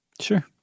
Sure